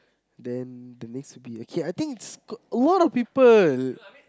then the next will be okay I think it's a lot of people